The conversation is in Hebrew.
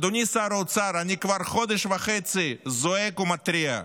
אדוני שר האוצר, אני כבר חודש וחצי זועק ומתריע: